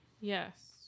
Yes